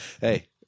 Hey